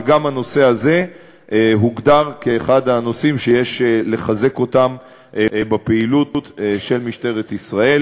וגם הנושא הזה הוגדר כאחד הנושאים שיש לחזק בפעילות של משטרת ישראל,